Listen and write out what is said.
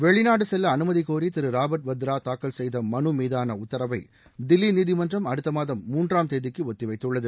வெளிநாடு செல்ல அனுமதி கோரி திரு ராபர்ட் வத்ரா தாக்கல் செய்த மனு மீதான உத்தரவை தில்லி நீதிமன்ற மீ அடுத்த மாதம் மூன்றாம் தேதிக் கு ஒத்தி வைத்துள்ளது